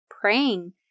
praying